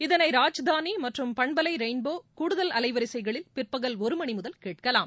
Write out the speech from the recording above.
இதனை ராஜதானி மற்றும் பன்பலை ரெயின்போ கூடுதல் அலைவரிசைகளில் பிற்பகல் ஒரு மணி முதல் கேட்கலாம்